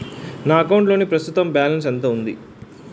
నా అకౌంట్ లోని ప్రస్తుతం బాలన్స్ ఎంత ఉంది?